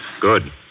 Good